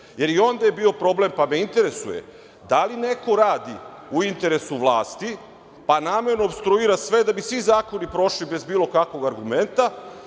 Jer i onda je bio problem, pa me interesuje - da li neko radi u interesu vlasti, pa namerno opstruira sve da bi svi zakoni prošli bez bilo kakvog argumenta